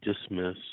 dismiss